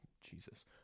Jesus